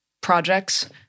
projects